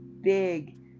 big